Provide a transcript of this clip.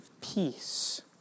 peace